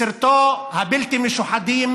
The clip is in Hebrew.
בסרטו הבלתי משוחדים